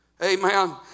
Amen